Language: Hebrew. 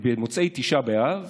במוצאי תשעה באב